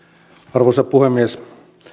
arvoisa puhemies